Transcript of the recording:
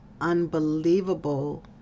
unbelievable